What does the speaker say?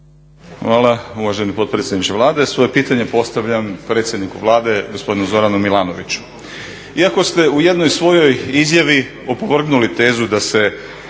Hvala uvaženi potpredsjedniče …/Govornik se ne razumije./… Svoje pitanje postavljam predsjedniku Vlade, gospodinu Milanoviću. Iako ste u jednoj svojoj izjavi opovrgnuli tezu da je